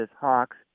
hawks